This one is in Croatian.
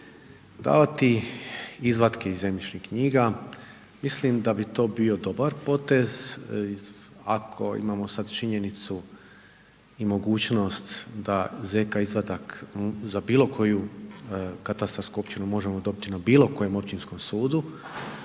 davati izvatke iz zemljišnih knjiga, mislim da bi to bio dobar potez, ako imamo sad činjenicu i mogućnost da ZK izvadak za bilokoju katastarsku općinu možemo dobiti na bilokojem općinskom sudu,